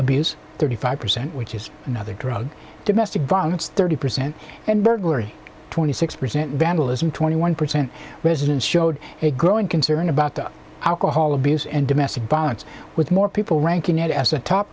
abuse thirty five percent which is another drug domestic violence thirty percent and burglary twenty six percent vandalism twenty one percent residents showed a growing concern about the alcohol abuse and domestic violence with more people ranking it as a top